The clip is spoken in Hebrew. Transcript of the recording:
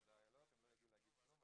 הן לא ידעו להגיד כלום,